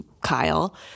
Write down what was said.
Kyle